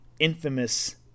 infamous